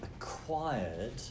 acquired